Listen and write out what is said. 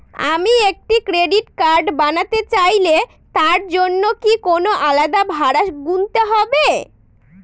আমি একটি credit card বানাতে চাইলে তার জন্য কি কোনো আলাদা ভাড়া গুনতে হবে?